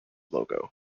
logo